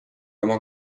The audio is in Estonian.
oma